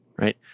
Right